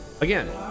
Again